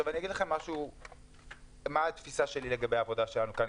אני אגיד לכם מה התפיסה שלי לגבי העבודה שלנו כאן,